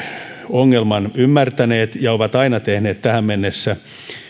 ongelman ymmärtäneet ja ovat aina tehneet tähän mennessä